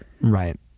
Right